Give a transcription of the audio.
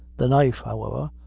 the knife, however,